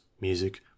music